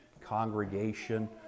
congregation